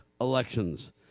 elections